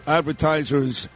advertisers